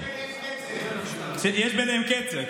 יש ביניהם קצר.